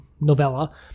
novella